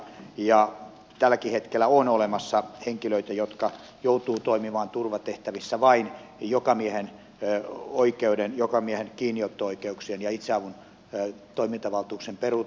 tälläkin hetkellä on olemassa henkilöitä jotka joutuvat toimimaan turvatehtävissä vain jokamiehenoikeuden jokamiehen kiinniotto oikeuksien ja itseavun toimintavaltuuksien perusteella